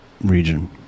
region